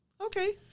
Okay